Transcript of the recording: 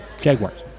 Jaguars